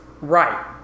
Right